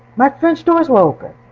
my french doors were open.